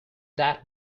that